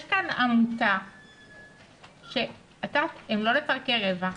יש כאן עמותה שהיא לא לצרכי רווח,